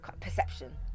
perception